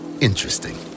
interesting